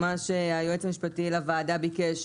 מה שהיועץ המשפטי לוועדה ביקש,